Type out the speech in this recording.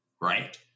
right